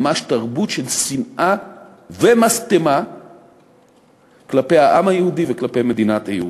ממש תרבות של שנאה ומשטמה כלפי העם היהודי וכלפי מדינת היהודים.